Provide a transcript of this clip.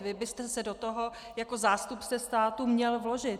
Vy byste se do toho jako zástupce státu měl vložit.